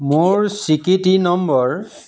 মোৰ স্বীকৃতি নম্বৰ